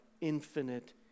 infinite